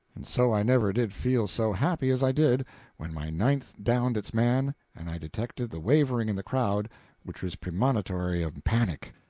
and so i never did feel so happy as i did when my ninth downed its man and i detected the wavering in the crowd which is premonitory of panic.